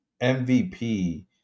MVP